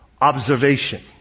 observation